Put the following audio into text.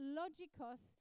logikos